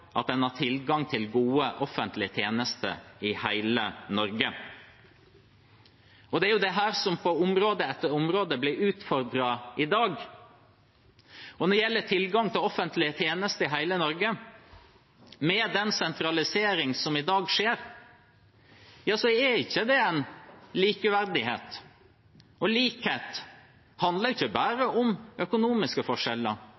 at en har tilgang til gode offentlige tjenester i hele Norge. Det er dette som på område etter område blir utfordret i dag. Når det gjelder tilgang til offentlige tjenester i hele Norge, er det med den sentraliseringen som i dag skjer, ikke likeverdighet. Likhet handler ikke bare om økonomiske forskjeller, det handler også om at en